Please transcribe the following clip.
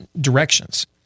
directions